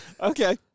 Okay